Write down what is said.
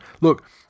Look